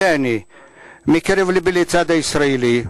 אני מודה מקרב לב לצד הישראלי,